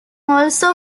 also